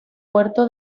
puerto